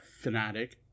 fanatic